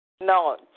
No